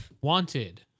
Wanted